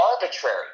arbitrary